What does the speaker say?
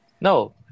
No